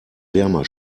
wärmer